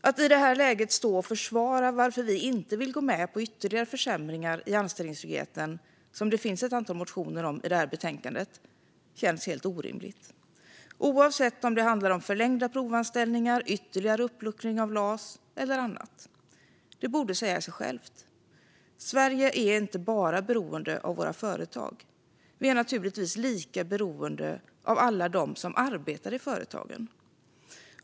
Att i det här läget stå och försvara varför vi inte vill gå med på de ytterligare försämringar i anställningstryggheten som det finns ett antal motioner om i betänkandet känns helt orimligt, oavsett om det handlar om förlängda provanställningar, ytterligare uppluckring av LAS eller annat. Det borde säga sig självt. Sverige är inte bara beroende av våra företag. Vi är naturligtvis lika beroende av alla dem som arbetar i företagen.